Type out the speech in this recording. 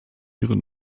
ihre